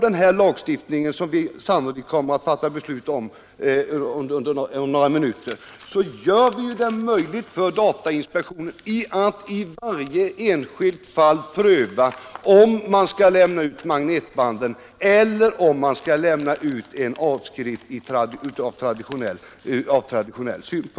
Den lagstiftning som vi sannolikt kommer att fatta beslut om inom några minuter gör det möjligt för datainspektionen att i varje enskilt fall pröva om man skall lämna ut magnetbanden eller om man skall lämna ut en avskrift av traditionell typ.